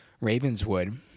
Ravenswood